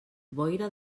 boira